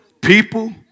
people